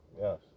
Yes